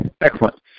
excellent